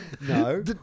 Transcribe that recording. No